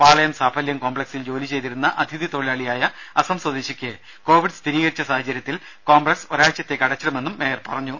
പാളയം സാഫല്യം കോംപ്പക്സിൽ ജോലി ചെയ്തിരുന്ന അതിഥി തൊഴിലാളിയായ അസം സ്വദേശിക്ക് കോവിഡ് സ്ഥിരീകരിച്ച സാഹചര്യത്തിൽ കോപ്ലക്സ് ഒരാഴ്ച്ചത്തേക്ക് അടച്ചിടുമെന്നും മേയർ പറഞ്ഞു